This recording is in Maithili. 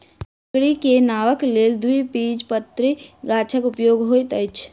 लकड़ी के नावक लेल द्विबीजपत्री गाछक उपयोग होइत अछि